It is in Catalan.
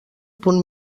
punt